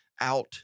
out